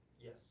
Yes